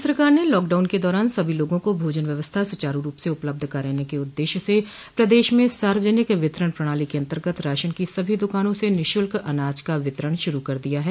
राज्य सरकार ने लॉकडाउन के दौरान सभी लोगों को भोजन व्यवस्था सुचारू रूप से उपलब्ध कराने के उददेश्य से प्रदेश म सार्वजनिक वितरण प्रणाली के अंतर्गत राशन की सभी दुकानों से निःशुल्क अनाज का वितरण शुरू कर दिया है